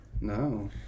No